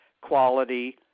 quality